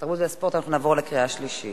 התרבות והספורט, אנחנו נעבור לקריאה השלישית.